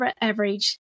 average